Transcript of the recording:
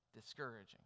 Discouraging